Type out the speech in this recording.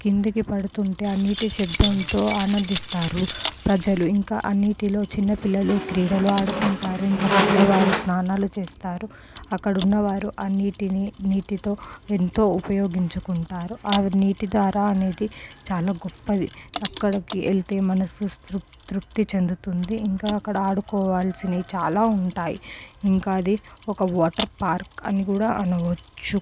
కిందికి పడుతుంటే ఆ నీటి శబ్దంతో ఆనందిస్తారు ప్రజలు ఇంకా అన్నిటిలో చిన్న పిల్లలు క్రీడలు ఆడుకుంటారు ఇంకా పెద్దవారు స్నానాలు చేస్తారు అక్కడున్నవారు ఆ నీటిని నీటితో ఎంతో ఉపయోగించుకుంటారు ఆ నీటి దార అనేది చాలా గొప్పది అక్కడకి వెళ్తే మనసు తృ తృప్తి చెందుతుంది ఇంకా అక్కడ ఆడుకోవాల్సినే చాలా ఉంటాయి ఇంకా అదే ఒక వాటర్ పార్క్ అని కూడా అనవచ్చు